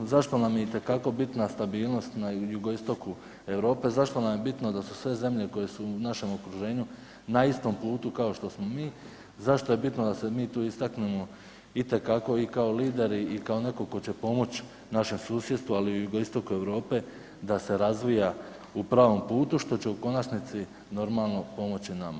Zašto nam je itekako bitna stabilnost na jugoistoku Europe, zašto nam je bitno da su sve zemlje koje su u našem okruženju na istom putu kao što smo mi, zašto je bitno da se mi tu istaknemo itekako i kao lideri i kao netko tko će pomoći našem susjedstvu ali i jugoistoku Europe da se razvija u pravom putu, što će u konačnici normalo pomoći nama.